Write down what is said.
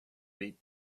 meet